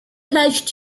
pledged